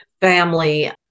family